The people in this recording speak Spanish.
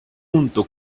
junto